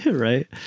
Right